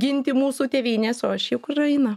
ginti mūsų tėvynės o aš į ukrainą